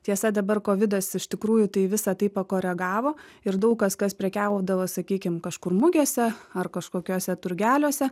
tiesa dabar kovidas iš tikrųjų tai visa tai pakoregavo ir daug kas kas prekiaudavo sakykim kažkur mugėse ar kažkokiuose turgeliuose